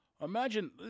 Imagine